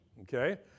okay